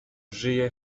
żyje